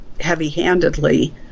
heavy-handedly